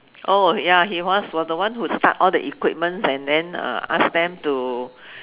oh ya he was was the one who start all the equipments and then uh ask them to